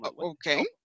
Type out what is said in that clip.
Okay